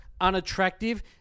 unattractive